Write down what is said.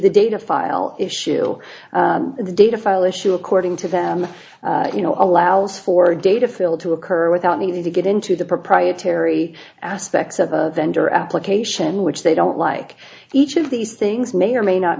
the data file issue the data file issue according to them you know allows for data field to occur without needing to get into the proprietary aspects of a vendor application which they don't like each of these things may or may not